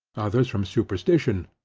others from superstition,